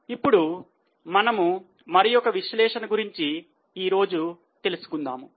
ఇప్పుడు మనము మరియొక విశ్లేషణ గురించి ఈరోజు తెలుసుకుందాం